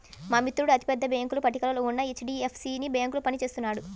మా మిత్రుడు అతి పెద్ద బ్యేంకుల పట్టికలో ఉన్న హెచ్.డీ.ఎఫ్.సీ బ్యేంకులో పని చేస్తున్నాడు